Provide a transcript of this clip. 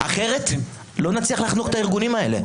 אחרת לא נצליח לחנוק את הארגונים האלה.